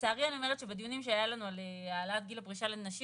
לצערי אני אומרת שבדיונים שהיו לנו על העלאת גיל הפרישה לנשים